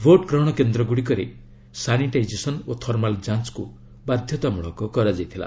vote ଗ୍ରହଣ କେନ୍ଦ୍ରଗୁଡ଼ିକରେ sanitization ଓ ଥର୍ମାଲ୍ ଯାଞ୍ଚକୁ ବାଧ୍ୟତାମୂଳକ କରାଯାଇଥିଲା